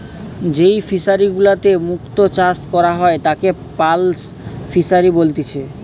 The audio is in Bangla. যেই ফিশারি গুলাতে মুক্ত চাষ করা হয় তাকে পার্ল ফিসারী বলেতিচ্ছে